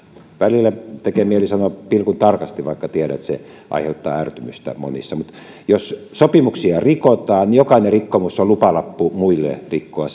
välillä tekee mieli sanoa pilkuntarkasti vaikka tiedän että se aiheuttaa ärtymystä monissa mutta jos sopimuksia rikotaan niin jokainen rikkomus on lupalappu muille rikkoa